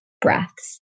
breaths